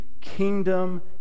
kingdom